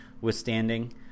withstanding